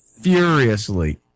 furiously